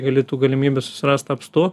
gali tų galimybių susirast apstu